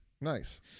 Nice